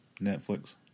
Netflix